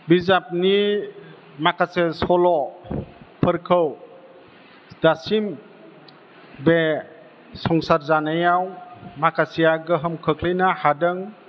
बिजाबनि माखासे सल'फोरखौ दासिम बे संसार जानायाव माखासेया गोहोम खोख्लैनो हादों